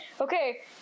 Okay